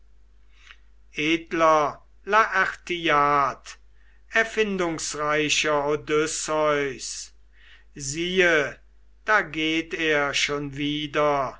erfindungsreicher odysseus siehe da geht er schon wieder